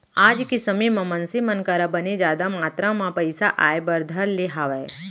आज के समे म मनसे मन करा बने जादा मातरा म पइसा आय बर धर ले हावय